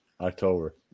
October